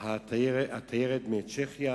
התיירת מצ'כיה